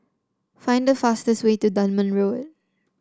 find the fastest way to Dunman Road